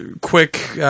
quick